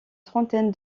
trentaine